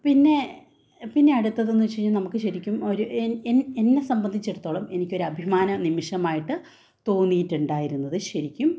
പിന്നെ പിന്നെ അടുത്തത് എന്നു വച്ചിരുന്നാൽ നമുക്ക് ശരിക്കും ഒരു എന്നെ എന്നെ സംബന്ധിച്ചെടുത്തോളം എനിക്ക് ഒരു അഭിമാന നിമിഷമായിട്ട് തോന്നിയിട്ടുണ്ടായിരുന്നത് ശരിക്കും